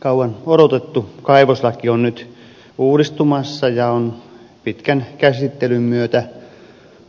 kauan odotettu kaivoslaki on nyt uudistumassa ja on pitkän käsittelyn myötä